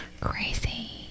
crazy